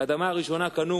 האדמה הראשונה שקנו